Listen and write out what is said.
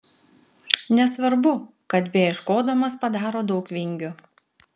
nesvarbu kad beieškodamas padaro daug vingių